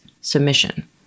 submission